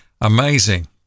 Amazing